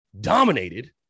dominated